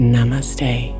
Namaste